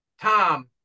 Tom